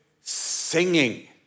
singing